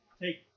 take